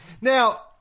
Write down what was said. now